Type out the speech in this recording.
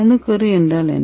அணுக்கரு என்றால் என்ன